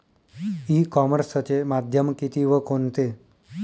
E कॉमर्सचे माध्यम किती व कोणते?